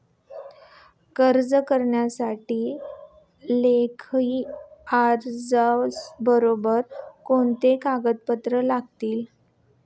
कर्ज करण्यासाठी लेखी अर्जाबरोबर कोणती कागदपत्रे लागतील?